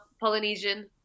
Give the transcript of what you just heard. Polynesian